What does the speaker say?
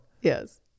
yes